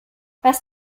was